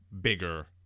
bigger